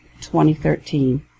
2013